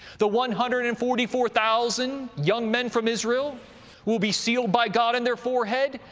the one hundred and forty four thousand young men from israel will be sealed by god in their forehead,